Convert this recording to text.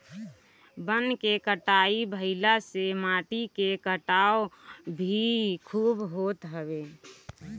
वन के कटाई भाइला से माटी के कटाव भी खूब होत हवे